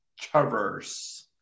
Traverse